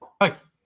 Nice